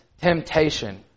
temptation